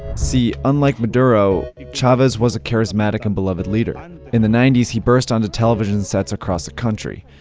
see, unlike maduro, chavez was a charismatic and beloved leader. and in the ninety s, he burst onto television sets across the country.